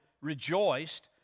rejoiced